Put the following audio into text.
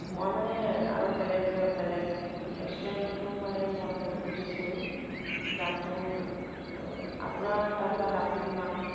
মই মানে আৰু বেলেগ বেলেগ ৰেষ্টুৰেণ্টতো মানে মই সুধিছিলোঁ দামটো আপোনাৰ তাত বাৰু দামটো কিমান